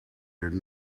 did